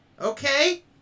Okay